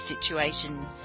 situation